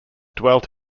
dwelt